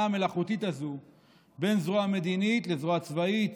המלאכותית הזו בין זרוע מדינית לזרוע צבאית,